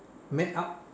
met up